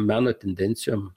meno tendencijom